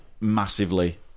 massively